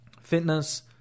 Fitness